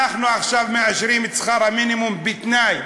אנחנו עכשיו מאשרים את שכר המינימום בתנאי,